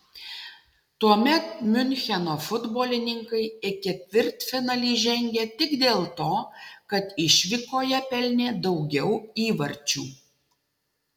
tuomet miuncheno futbolininkai į ketvirtfinalį žengė tik dėl to kad išvykoje pelnė daugiau įvarčių